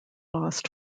lost